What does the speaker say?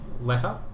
letter